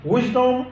Wisdom